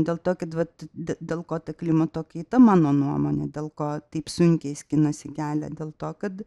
dėl to kad vat dėl ko ta klimato kaita mano nuomone dėl ko taip sunkiai skinasi kelią dėl to kad